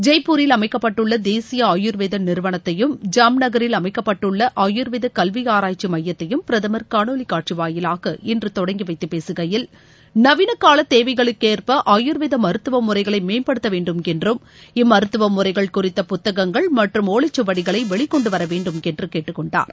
ஜெய்ப்பூரில் அமைக்கப்பட்டுள்ள தேசிய ஆயுர்வேத நிறுவனத்தையும் ஜாம் நகரில் அமைக்கப்பட்டுள்ள ஆயுர்வேத கல்வி ஆராய்ச்சி மையத்தையும் பிரதமர் காணொலி காட்சி வாயிலாக இன்று தொடங்கி வைத்து பேசுகையில் நவீனகால தேவைகளுக்கேற்ப ஆயுர்வேத மருத்துவமுறைகளை மேம்படுத்தவேண்டும் என்று இம்மருத்துவமுறைகள் குறித்த புத்தகங்கள் மற்றும் ஒலைச்சுவடிகளை வெளிக்கொண்டுவரவேண்டும் என்று கேட்டுக்கொண்டார்